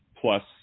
plus